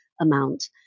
amount